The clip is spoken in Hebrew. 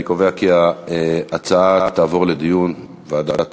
אני קובע כי ההצעה תעבור לדיון בוועדת העבודה,